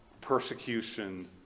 persecution